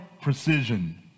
precision